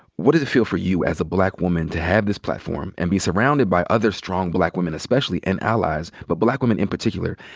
what does it feel for you as a black woman to have this platform and be surrounded by other strong black women especially, and allies, but black women in particular,